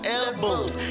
elbows